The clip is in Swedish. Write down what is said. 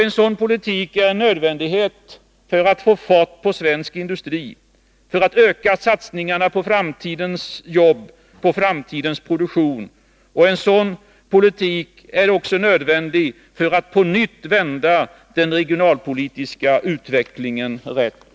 En sådan politik är en nödvändighet för att få fart på svensk industri, för att öka satsningarna på framtidens jobb, på framtidens produktion. Och en sådan politik är också nödvändig för att vända den regionalpolitiska utvecklingen rätt igen.